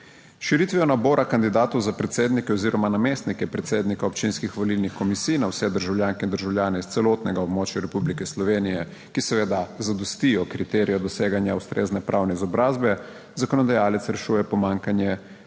širitvijo nabora kandidatov za predsednike oziroma namestnike predsednika občinskih volilnih komisij na vse državljanke in državljane s celotnega območja Republike Slovenije, ki seveda zadostijo kriteriju doseganja ustrezne pravne izobrazbe, zakonodajalec rešuje pomanjkanje